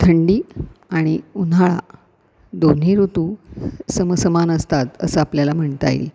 थंडी आणि उन्हाळा दोन्ही ऋतू समसमान असतात असं आपल्याला म्हणता येईल